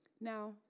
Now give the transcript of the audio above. Now